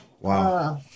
Wow